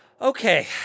Okay